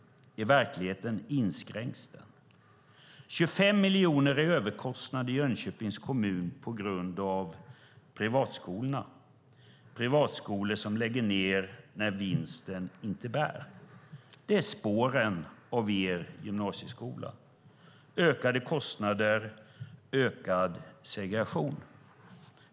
I verkligheten inskränks den. Det är 25 miljoner i överkostnad i Jönköpings kommun på grund av privatskolorna. Det är privatskolor som lägger ned när vinsten inte bär. Spåren av er gymnasieskola är ökade kostnader och ökad segregation.